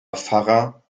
pfarrer